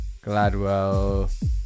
Gladwell